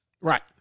Right